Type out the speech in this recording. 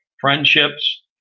friendships